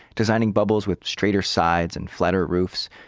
designing bubbles with straighter sides and flatter roofs,